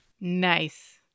Nice